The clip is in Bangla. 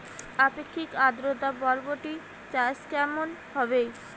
আপেক্ষিক আদ্রতা বরবটি চাষ কেমন হবে?